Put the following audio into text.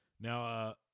Now